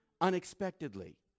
unexpectedly